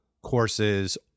courses